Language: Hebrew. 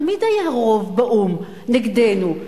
תמיד היה רוב באו"ם נגדנו,